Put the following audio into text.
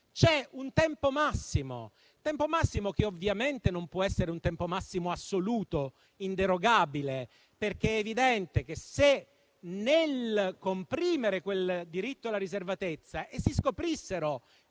c'è un tempo massimo che ovviamente non può essere assoluto e inderogabile. È infatti evidente che se nel comprimere quel diritto alla riservatezza si scoprissero